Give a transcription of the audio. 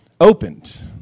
opened